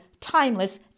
timeless